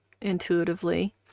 intuitively